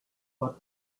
got